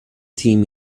team